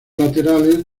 laterales